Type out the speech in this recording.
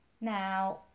Now